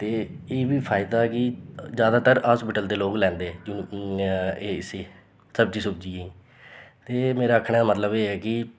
ते एह् बी फायदा कि ज्यादातर हॉस्पिटल दे लोग लैंदे एह् इसी सब्जी सुब्जियें गी ते मेरा आखने दा मतलब एह् ऐ कि